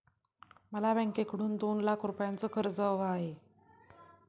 मला बँकेकडून दोन लाख रुपयांचं कर्ज हवं आहे